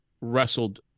wrestled